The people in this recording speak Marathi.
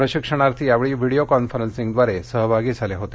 प्रशिक्षणार्थी या वेळी व्हिडिओ कॉन्फरन्सिंगद्वारे सहभागी झाले होते